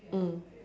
mm